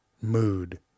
mood